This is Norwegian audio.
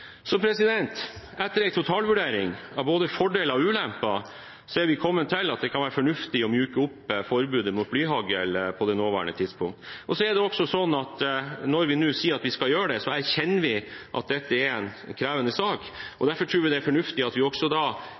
Etter en totalvurdering av både fordeler og ulemper har vi kommet til at det kan være fornuftig å myke opp forbudet mot blyhagl på det nåværende tidspunkt. Så er det også slik at når vi nå sier at vi skal gjøre det, erkjenner vi at dette er en krevende sak, og derfor tror vi det er fornuftig at vi også